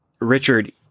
Richard